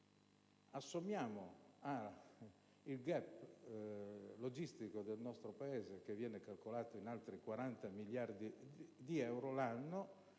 forza, il *gap* logistico del nostro Paese, che viene calcolato in altri 40 miliardi di euro l'anno,